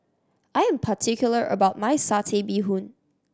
I am particular about my Satay Bee Hoon